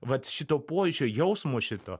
vat šito pojūčio jausmo šito